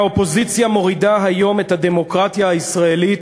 האופוזיציה מורידה היום את הדמוקרטיה הישראלית